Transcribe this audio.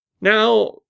Now